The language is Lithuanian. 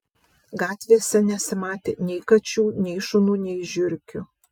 gatvėse nesimatė nei kačių nei šunų nei žiurkių